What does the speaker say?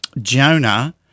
Jonah